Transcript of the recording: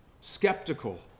skeptical